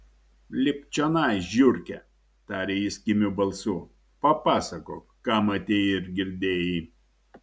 lipk čionai žiurke tarė jis kimiu balsu papasakok ką matei ir girdėjai